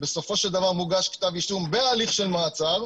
ובסופו של דבר מוגש כתב אישום בהליך של מעצר,